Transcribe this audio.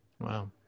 Wow